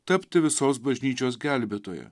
tapti visos bažnyčios gelbėtoja